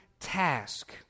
task